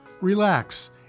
relax